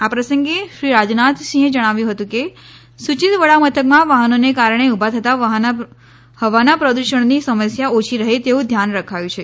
આ પ્રસંગે શ્રી રાજનાથસિંહે જણાવ્યું હતું કે સૂચિત વડામથકમાં વાહનોને કારણે ઉભા થતાં હવાના પ્રદૃષણની સમસ્યા ઓછી રહે તેવું ધ્યાન રખાયું છે